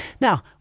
Now